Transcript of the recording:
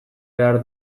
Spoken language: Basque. behar